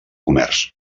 comerç